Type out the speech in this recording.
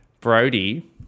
Brody